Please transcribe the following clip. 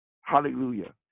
Hallelujah